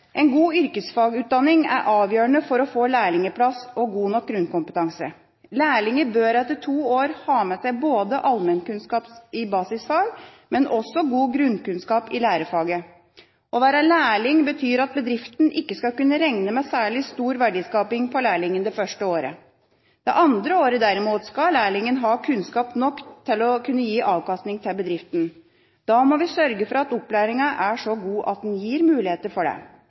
En god yrkesfagutdanning er avgjørende for å få lærlingplass og god nok grunnkompetanse. Lærlinger bør etter to år ha med seg både allmennkunnskap i basisfag og god grunnkunnskap i lærefaget. Å være lærling betyr at bedriften ikke skal kunne regne med særlig stor verdiskaping på lærlingen det første året. Det andre året derimot skal lærlingen ha kunnskap nok til å kunne gi avkastning til bedriften. Da må vi sørge for at opplæringa er så god at den gir muligheter for det.